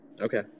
Okay